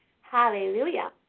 Hallelujah